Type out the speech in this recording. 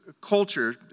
culture